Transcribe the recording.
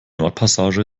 nordpassage